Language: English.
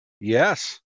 Yes